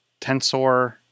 tensor